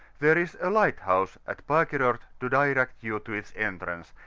there is lighthouse at pakerort to direct you to its entrance,